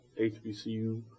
HBCU